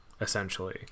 Essentially